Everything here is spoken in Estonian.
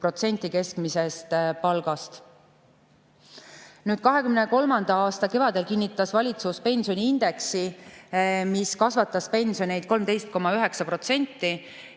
juba 50% keskmisest palgast. 2023. aasta kevadel kinnitas valitsus pensioniindeksi, mis kasvatas pensione 13,9%.